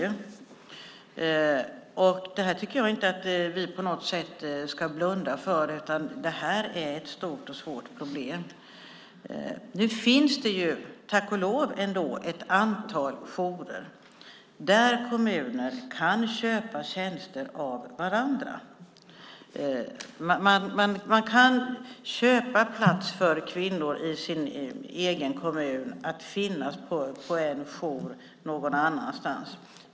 Jag tycker inte att vi på något sätt ska blunda för detta, utan detta är ett stort och svårt problem. Nu finns det, tack och lov, ett antal jourer där kommuner kan köpa tjänster av varandra. De kan köpa plats på en kvinnojour i en annan kommun för kvinnor i sin egen kommun.